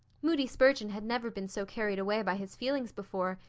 moody spurgeon had never been so carried away by his feelings before,